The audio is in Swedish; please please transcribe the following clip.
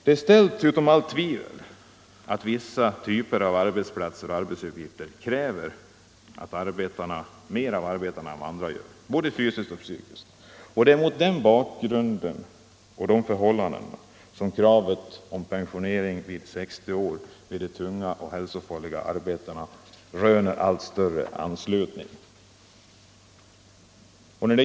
Det är ställt utom allt tvivel att vissa typer av arbetsplatser och arbetsuppgifter kräver mer av arbetarna än andra, både fysiskt och psykiskt. Det är mot bakgrund av dessa förhållanden som kravet om pensionering vid 60 års ålder i tunga och hälsofarliga arbeten rymmer allt större anslutning.